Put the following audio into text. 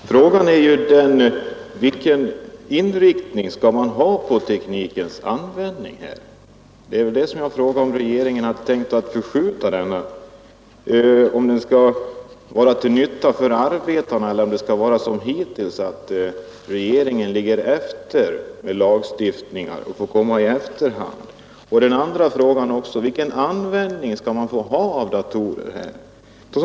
Herr talman! Frågan är ju vilken inriktning man skall ha på teknikens användning. Det jag har frågat om är om regeringen har tänkt förskjuta denna, om den skall vara till nytta för arbetarna, eller om det skall vara som hittills så att regeringen får komma i efterhand med lagstiftningar. Men frågan är också: Vilken användning skall man få ha av datorer här?